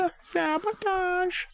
Sabotage